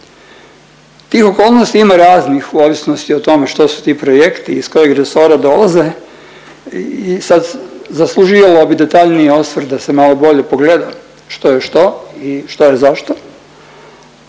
tih okolnosti ima raznih u ovisnosti o tome što su ti projekti i iz kojih resora dolaze i sad zasluživalo bi detaljniji osvrt da se malo bolje pogleda što je što i što je zašto,